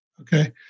okay